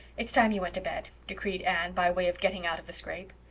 it's time you went to bed, decreed anne, by way of getting out of the scrape.